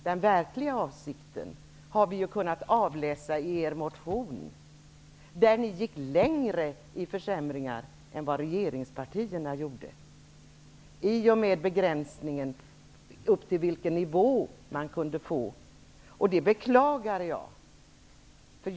Den verkliga avsikten har vi dock kunnat utläsa av er motion, där ni gick längre i fråga om försämringar än vad regeringspartierna gjorde i och med begränsningen av den nivå som man kunde komma upp till. Detta beklagar jag.